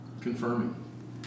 Confirming